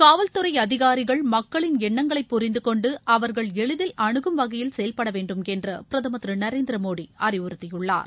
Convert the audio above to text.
காவல்துறை அதிகாரிகள் மக்களின் எண்ணங்களை புரிந்துக்கொண்டு அவர்கள் எளிதில் அணுகும் வகையில் செயல்பட வேண்டும் என்று பிரதமர் திரு நரேந்திர மோடி அறிவுறுத்தியுள்ளார்